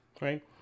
right